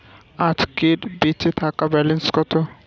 আজকের বেচে থাকা ব্যালেন্স কত?